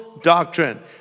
doctrine